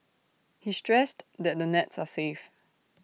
he stressed that the nets are safe